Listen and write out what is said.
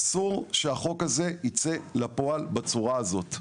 אסור שהחוק הזה יצא לפועל בצורה הזאת.